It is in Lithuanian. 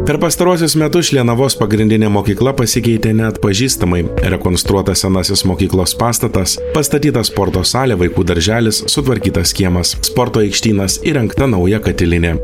per pastaruosius metus šlienavos pagrindinė mokykla pasikeitė neatpažįstamai rekonstruotas senasis mokyklos pastatas pastatyta sporto salė vaikų darželis sutvarkytas kiemas sporto aikštynas įrengta nauja katilinė